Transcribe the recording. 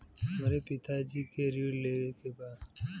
हमरे पिता जी के ऋण लेवे के बा?